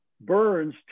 burns